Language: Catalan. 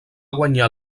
guanyar